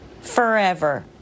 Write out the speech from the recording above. Forever